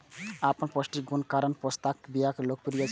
अपन पौष्टिक गुणक कारण पोस्ताक बिया लोकप्रिय छै